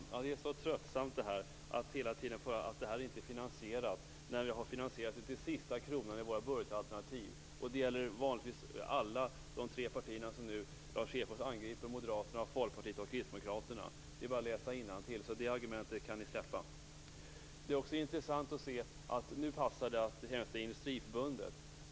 Fru talman! Det är tröttsamt att hela tiden få höra att vårt förslag inte är finansierat, när vi har finansierat det till sista kronan i vårt budgetalternativ. Det gäller alla de tre partier som Lars Hedfors nu angriper, dvs. Moderaterna, Folkpartiet och Kristdemokraterna. Det är bara att läsa innantill. Det argumentet kan ni därmed släppa. Det är också intressant att se att det nu passar att hänvisa till Industriförbundet.